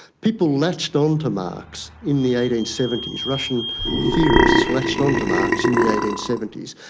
people latched on to marx in the eighteen seventy s. russian theorists latched on to marx in the eighteen seventy s.